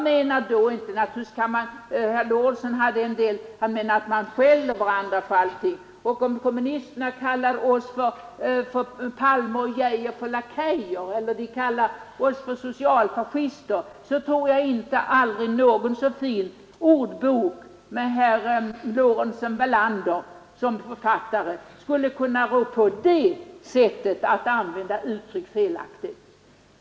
Herr Lorentzon hade en del exempel, och han menade att man skäller varandra för allt möjligt. Men om kommunisterna kallar Palme och Geijer för lakejer eller kallar oss socialdemokrater för socialfascister tror jag inte någon aldrig så fin ordbok med Lorentzon-Wellander som författare skulle kunna rå på det sättet att använda uttryck felaktigt.